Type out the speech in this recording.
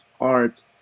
art